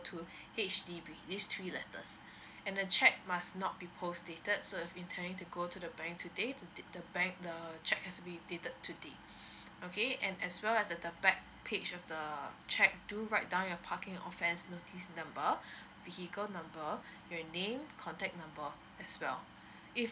to H_D_B these three letters and the cheque must not be post dated so if you're intending to go to the bank today to take the bank the cheque has to be dated today okay and as well as the the back page of the uh cheque do write down your parking offence notice number vehicle number your name contact number as well if